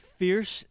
fierce